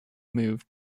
moved